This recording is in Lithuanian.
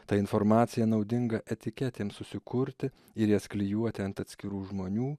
ta informacija naudinga etiketėms susikurti ir jas klijuoti ant atskirų žmonių